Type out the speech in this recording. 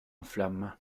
flammes